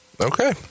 okay